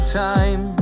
time